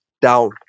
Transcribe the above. down